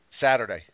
Saturday